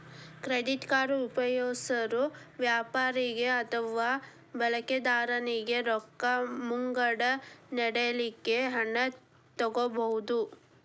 credit card ಉಪಯೊಗ್ಸೊರು ವ್ಯಾಪಾರಿಗೆ ಅಥವಾ ಬಳಕಿದಾರನಿಗೆ ರೊಕ್ಕ ಮುಂಗಡ ನೇಡಲಿಕ್ಕೆ ಹಣ ತಕ್ಕೊಬಹುದು